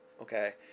Okay